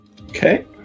Okay